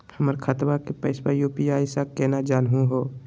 हमर खतवा के पैसवा यू.पी.आई स केना जानहु हो?